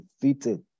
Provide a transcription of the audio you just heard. defeated